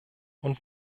und